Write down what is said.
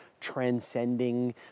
transcending